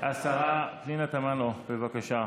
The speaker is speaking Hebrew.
השרה פנינה תמנו, בבקשה.